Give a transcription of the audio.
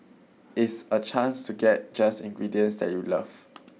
its a chance to get just ingredients that you love